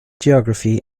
geography